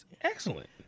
Excellent